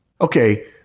Okay